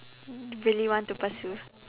really want to pursue